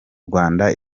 rwanda